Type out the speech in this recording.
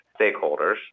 stakeholders